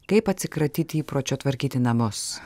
kaip atsikratyti įpročio tvarkyti namus